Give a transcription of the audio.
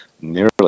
nearly